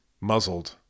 muzzled